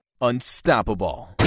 unstoppable